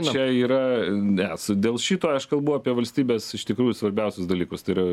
čia yra nes dėl šito aš kalbu apie valstybės iš tikrųjų svarbiausius dalykus tai yra